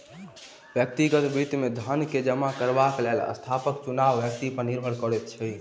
व्यक्तिगत वित्त मे धन के जमा करबाक लेल स्थानक चुनाव व्यक्ति पर निर्भर करैत अछि